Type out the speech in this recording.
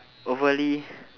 overly